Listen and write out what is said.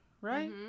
right